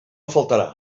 faltarà